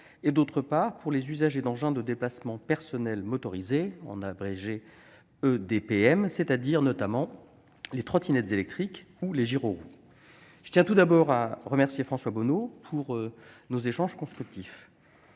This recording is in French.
et, d'autre part, pour les usagers d'engins de déplacement personnel motorisés, ou EDPM, notamment les trottinettes électriques ou les gyroroues. Je tiens tout d'abord à remercier François Bonneau de nos échanges constructifs.